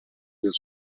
del